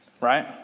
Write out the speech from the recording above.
Right